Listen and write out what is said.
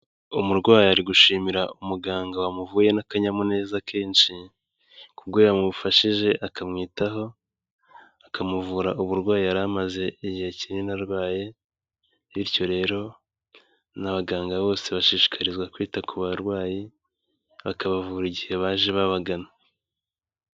Umurwayi ari gushimira umuganga wamuvuye n'akanyamuneza kenshi kubwo yamufashije akamwitaho, akamuvura uburwayi yari amaze igihe kinini arwaye bityo rero n'abaganga bose bashishikarizwa kwita ku barwayi, bakabavura igihe baje babagana.